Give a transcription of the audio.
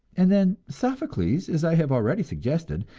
and then sophocles, as i have already suggested,